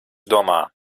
domā